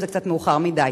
זה קצת מאוחר מדי.